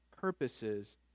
purposes